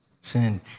Sin